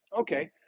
okay